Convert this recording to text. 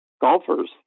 Golfers